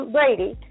Brady